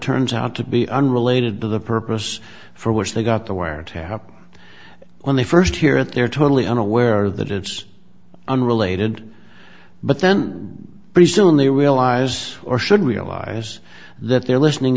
turns out to be unrelated to the purpose for which they got the wiretap when they first hear it they're totally unaware that it's unrelated but then pretty soon they realize or should realize that they're listening